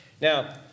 Now